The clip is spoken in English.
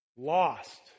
Lost